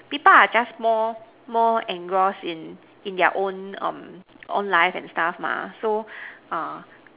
people are just more more engrossed in in their own um own life and stuff mah yeah so err